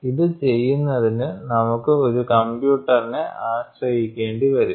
ഇത് ചെയ്യുന്നതിന് നമുക്ക് ഒരു കമ്പ്യൂട്ടറിനെ ആശ്രയിക്കേണ്ടി വരും